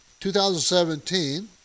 2017